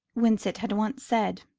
winsett had once said.